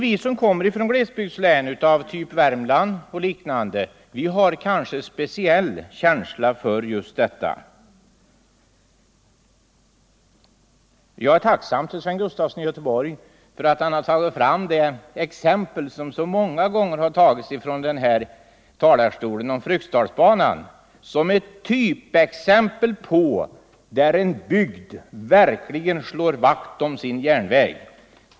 Vi som kommer från glesbygdslän, t.ex. av typ Värmland, har kanske en speciell känsla för detta. Jag är tacksam mot herr Sven Gustafson i Göteborg för att han tagit upp det exempel som så många gånger anförts från denna talarstol, nämligen Fryksdalsbanan, som ett typexempel på att en bygd verkligen slår vakt om sin järnväg.